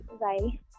Bye